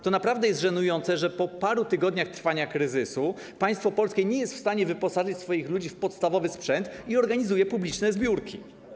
To naprawdę jest żenujące, że po paru tygodniach trwania kryzysu państwo polskie nie jest wstanie wyposażyć swoich ludzi w podstawowy sprzęt i organizuje publiczne zbiórki.